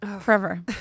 forever